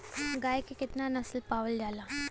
गाय के केतना नस्ल पावल जाला?